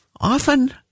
often